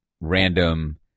random